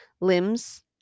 limbs